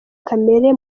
kamere